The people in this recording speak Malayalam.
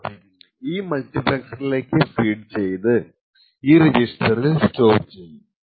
ഇനി f ന്റെ ഔട്പുട്ട് ഈ മൾട്ടിപ്ലെക്സറിലേക്ക് ഫെഡ് ചെയ്ത് ഈ റെജിസ്റ്ററിൽ സ്റ്റോർ ചെയ്യും